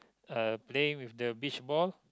uh playing with the beachball